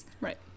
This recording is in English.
Right